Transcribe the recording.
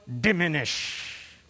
diminish